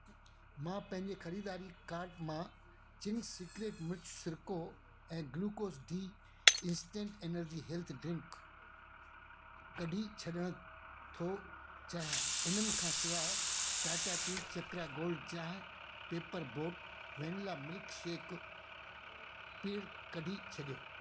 मां पंहिंजे ख़रीदारी काट मां चिंग्स सिक्रेट मिर्च सिरको ऐं glucose D instant energy health drink कढी छॾण थो चाहियां इननि खां सवाइ टाटा टी चक्र गोल्ड चाहिं paper boat vanilla milk shake पिण कढी छॾियो